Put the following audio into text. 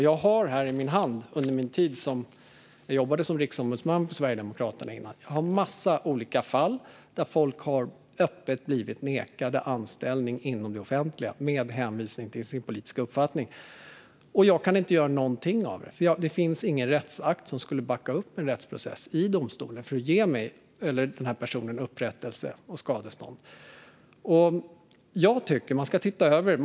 Jag har här i min hand en bunt papper från den tid då jag jobbade som riksombudsman för Sverigedemokraterna. Det är en massa olika fall där folk öppet har blivit nekade anställning inom det offentliga, med hänvisning till sin politiska uppfattning - och jag kan inte göra någonting åt det, för det finns ingen rättsakt som skulle backa upp min rättsprocess i domstol för att ge personen upprättelse eller skadestånd. Jag tycker att man ska titta över detta.